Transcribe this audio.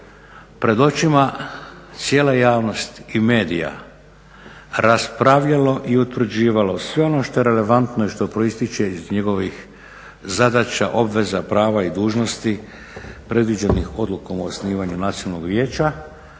pred očima cijele javnosti i medija raspravljalo i utvrđivalo sve ono što je relevantno i što proističe iz njihovih zadaća, obveza, prava i dužnosti predviđenih odlukom o osnivanju Nacionalnog vijeća